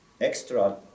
extra